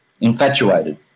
infatuated